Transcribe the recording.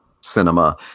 cinema